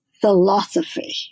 philosophy